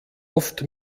oft